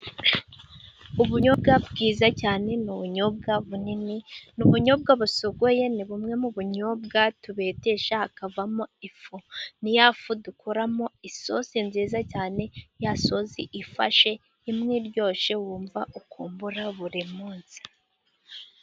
Ubunyobwa bwiza cyane ni ubunyobwa bunini ,ni ubunyobwa busogoye ,ni bumwe mu bunyobwa tubetesha hakavamo ifu . Ni ya fu dukoramo isosi nziza cyane, ya sosi ifashe ,imwe iryoshe, wumva wakumbura buri munsi.